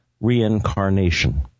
reincarnation